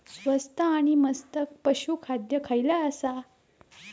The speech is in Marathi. स्वस्त आणि मस्त पशू खाद्य खयला आसा?